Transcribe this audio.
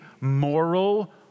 moral